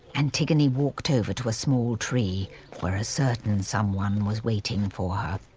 antigone walked over to a small tree, where a certain someone was waiting for her.